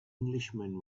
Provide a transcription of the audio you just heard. englishman